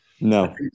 No